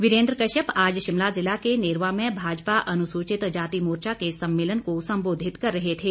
वीरेन्द्र कश्यप आज शिमला जिला के नेरवा में भाजपा अनुसूचितजाति मोर्चा के सम्मेलन को संबोधित कर रहे थे